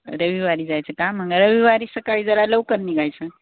रविवारी जायचं का मग रविवारी सकाळी जरा लवकर निघायचं